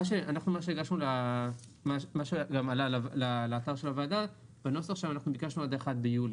מה שעלה לאתר הוועדה הנוסח שביקשנו, עד 1 ביולי.